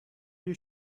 you